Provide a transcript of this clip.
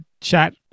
chat